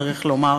צריך לומר,